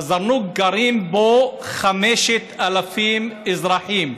א-זרנוק, גרים בו 5,000 אזרחים.